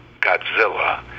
Godzilla